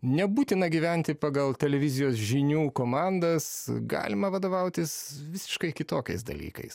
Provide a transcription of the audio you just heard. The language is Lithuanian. nebūtina gyventi pagal televizijos žinių komandas galima vadovautis visiškai kitokiais dalykais